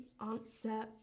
answer